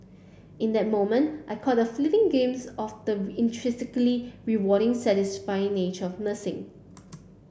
in that moment I caught a fleeting glimpse of the intrinsically rewarding satisfying nature of nursing